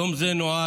יום זה נועד,